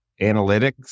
analytics